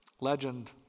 Legend